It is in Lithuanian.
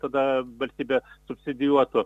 tada valstybė subsidijuotų